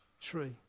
tree